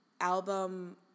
album